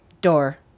door